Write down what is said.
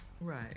Right